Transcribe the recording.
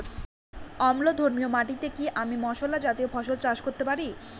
অম্লধর্মী মাটিতে কি আমি মশলা জাতীয় ফসল চাষ করতে পারি?